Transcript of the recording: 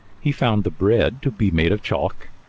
he found the bread to be made of chalk,